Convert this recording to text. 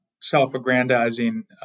self-aggrandizing